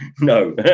No